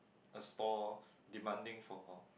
a store demanding for